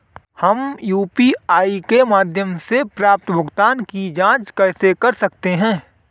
हम यू.पी.आई के माध्यम से प्राप्त भुगतान की जॉंच कैसे कर सकते हैं?